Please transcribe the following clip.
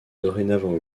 dorénavant